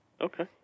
Okay